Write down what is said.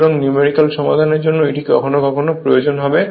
সুতরাং নিউমেরিকাল সমাধানের জন্য এটি কখনও কখনও প্রয়োজন হবে